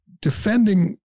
Defending